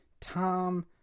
Tom